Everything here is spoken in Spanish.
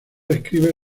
escribe